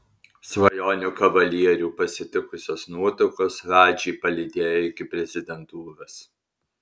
svajonių kavalierių pasitikusios nuotakos radžį palydėjo iki prezidentūros